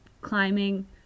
climbing